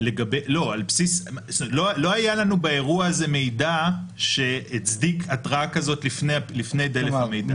לא היה לנו באירוע הזה מידע שהצדיק התראה כזאת לפני דלף המידע.